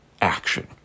action